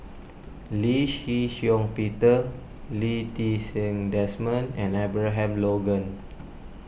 Lee Shih Shiong Peter Lee Ti Seng Desmond and Abraham Logan